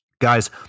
Guys